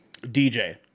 DJ